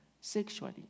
sexually